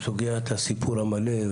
בסוגיית הסיפור המלא,